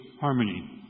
harmony